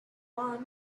one